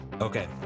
Okay